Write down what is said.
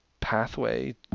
pathway